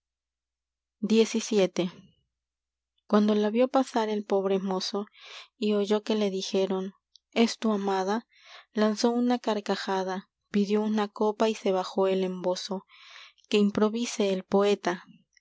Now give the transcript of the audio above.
xvii uando la vio pasar el pobre mozo y oyó una que le dijeron es tu amada lanzó carcajada pidió una copa y se bajó el embozo y habló que improvise el poeta